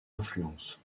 influences